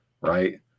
right